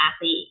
athlete